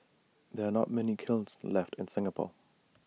there are not many kilns left in Singapore